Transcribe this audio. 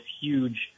huge